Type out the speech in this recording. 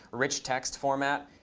rich text format.